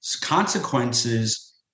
consequences